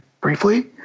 briefly